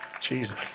jesus